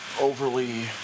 overly